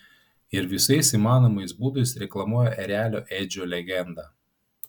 ir visais įmanomais būdais reklamuoja erelio edžio legendą